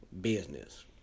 business